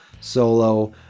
solo